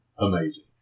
amazing